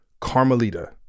Carmelita